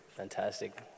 fantastic